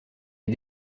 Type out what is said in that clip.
est